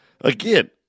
again